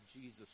Jesus